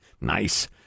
Nice